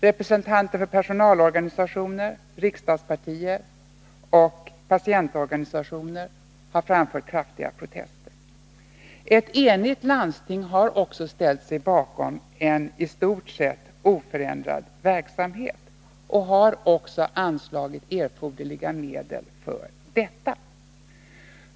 Representanter för personalorganisationer, riksdagspartier och patientorganisationer har framfört kraftiga protester. Ett enigt landsting har också ställt sig bakom en i stort sett oförändrad verksamhet och har också anslagit erforderliga medel för detta.